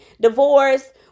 divorce